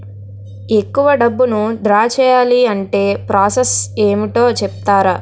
ఎక్కువ డబ్బును ద్రా చేయాలి అంటే ప్రాస సస్ ఏమిటో చెప్తారా?